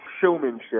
showmanship